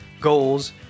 goals